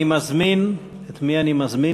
אני מזמין, את מי אני מזמין?